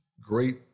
great